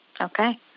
Okay